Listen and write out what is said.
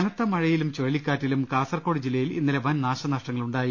കനത്തമഴയിലും ചുഴലിക്ക്ാറ്റിലും കാസർകോട് ജില്ലയിൽ ഇന്നലെ വൻനാശനഷ്ടങ്ങളുണ്ടായി